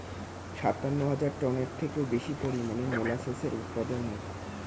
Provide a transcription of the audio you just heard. সাতান্ন হাজার টনের থেকেও বেশি পরিমাণে মোলাসেসের উৎপাদন হয়